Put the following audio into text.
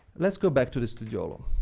let's go back to the studiolo.